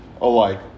alike